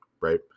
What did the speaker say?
Right